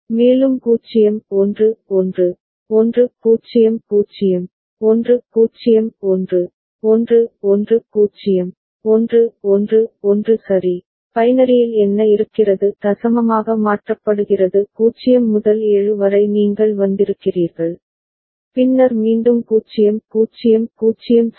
மேலும் 0 1 1 1 0 0 1 0 1 1 1 0 1 1 1 சரி பைனரியில் என்ன இருக்கிறது தசமமாக மாற்றப்படுகிறது 0 முதல் 7 வரை நீங்கள் வந்திருக்கிறீர்கள் பின்னர் மீண்டும் 0 0 0 சரி